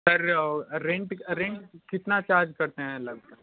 sir rent rent कितना charge करते हैं लगभग